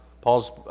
Paul's